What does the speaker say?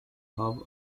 hub